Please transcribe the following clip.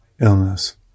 illness